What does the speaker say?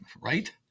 right